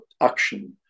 action